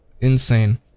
Insane